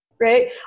Right